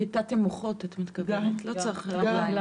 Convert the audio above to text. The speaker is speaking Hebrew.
כיתתם מוחות את מתכוונת, לא צריך רגליים.